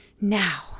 Now